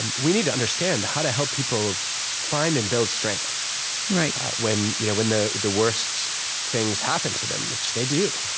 and we need to understand how to help people find and build strength when you know when the the worst things happen to them, which they do.